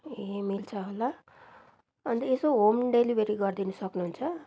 ए मिल्छ होला अन्त यसो होम डेलिभरी गरिदिनु सक्नुहुन्छ